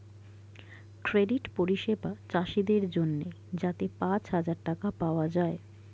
credit পরিষেবা চাষীদের জন্যে যাতে পাঁচ হাজার টাকা পাওয়া যায়